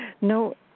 no